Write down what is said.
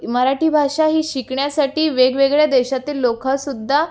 मराठी भाषा ही शिकण्यासाठी वेगवेगळ्या देशातील लोकसुद्धा